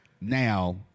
now